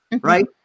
right